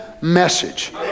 message